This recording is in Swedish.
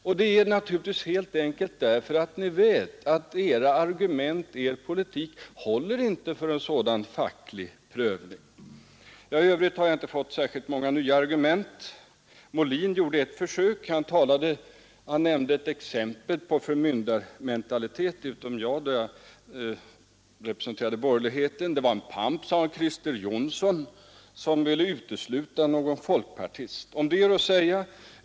Och det är naturligtvis helt enkelt därför att ni vet att era argument och er politik inte håller för en sådan facklig prövning. I övrigt har jag inte mött särskilt många nya argument. Herr Molin gjorde ett försök. Han nämnde ett exempel på förmyndarmentalitet. Det gällde en pamp, sade herr Molin, Christer Jonsson, som ville utesluta någon folkpartist. Om det är följande att säga.